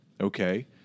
okay